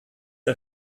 ein